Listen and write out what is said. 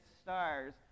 stars